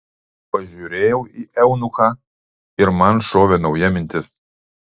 pažiūrėjau į eunuchą ir man šovė nauja mintis